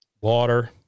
Water